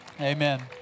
Amen